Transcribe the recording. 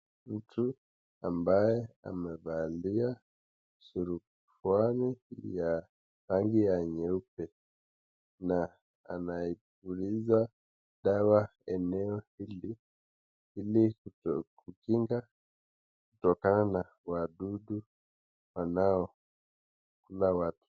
Mtu ambaye amevalia suruali ya rangi ya nyeupe na anapuliza dawa eneo hili ili kukinga kutoka na wadudu wanaokula watu.